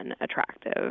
attractive